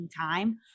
time